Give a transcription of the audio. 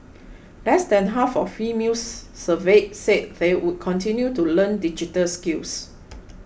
less than half of females surveyed said they would continue to learn digital skills